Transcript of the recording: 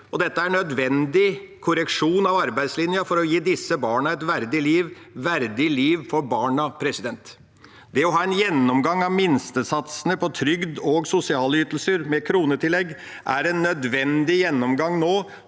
Dette er en nødvendig korreksjon av arbeidslinja for å gi disse barna et verdig liv – et verdig liv for barna. Det å ha en gjennomgang av minstesatsene på trygd og sosiale ytelser med kronetillegg er en nødvendig gjennomgang nå